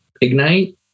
Ignite